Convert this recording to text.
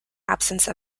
absence